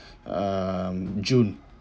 um june